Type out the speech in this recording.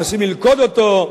מנסים ללכוד אותו,